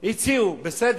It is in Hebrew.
הציעו, בסדר.